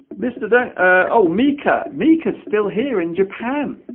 mr. doe oh mica mica still here in japan